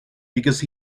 because